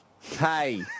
Hey